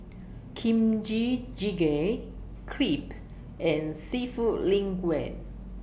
Kimchi Jjigae Crepe and Seafood Linguine